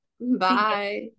Bye